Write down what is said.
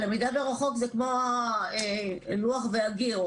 הלמידה מרחוק זה כמו הלוח והגיר,